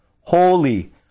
Holy